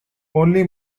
only